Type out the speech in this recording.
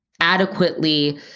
adequately